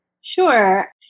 Sure